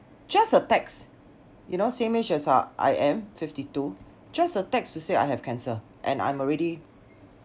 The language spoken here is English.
just a text you know same age as uh I am fifty two just a text to say I have cancer and I'm already